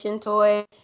toy